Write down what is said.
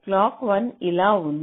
clock 1 ఇలా ఉంది